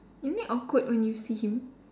isn't it awkward when you see him